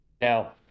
Now